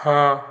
ହଁ